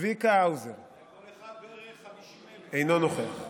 כל אחד בערך 50,000. צביקה האוזר, אינו נוכח.